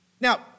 Now